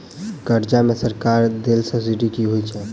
कर्जा मे सरकारक देल सब्सिडी की होइत छैक?